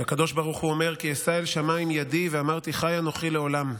שהקדוש ברוך הוא אומר: "כי אשא אל שמים ידי ואמרתי חי אנכי לעֹלם.